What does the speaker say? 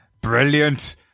brilliant